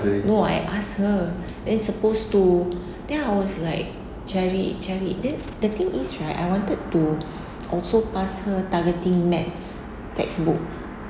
no I asked her then supposed to then I was like cari cari then the thing right I wanted to also pass her targeting maths textbook